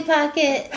Pocket